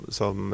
som